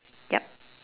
yup